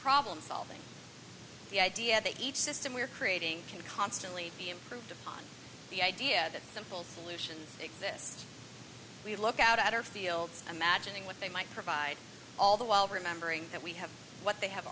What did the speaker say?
problem solving the idea that each system we are creating can constantly be improved upon the idea that simple solutions exist we look out at our fields imagining what they might provide all the while remembering that we have what they have